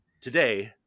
today